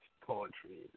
Poetry